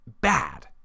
bad